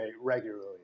regularly